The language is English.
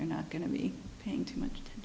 they're not going to be paying too much t